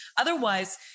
Otherwise